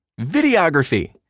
Videography